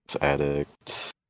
addict